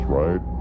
right